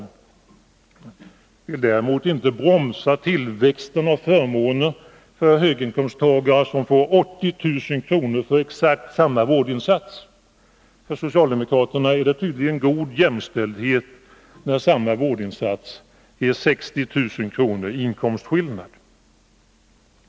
De vill däremot inte bromsa tillväxten av förmåner för höginkomsttagare som får 80000 kr. för exakt samma vårdinsats. För socialdemokraterna är det tydligen god jämställdhet när samma vårdinsats ger 60 000 kr. i inkomstskillnad.